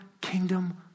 kingdom